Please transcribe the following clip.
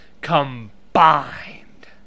combined